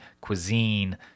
cuisine